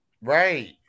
Right